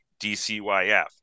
DCYF